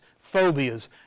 phobias